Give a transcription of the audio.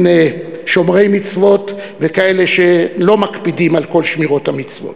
שומרי מצוות וכאלה שלא מקפידים על שמירת המצוות.